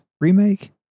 Remake